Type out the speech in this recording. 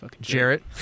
Jarrett